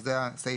שזה הסעיף.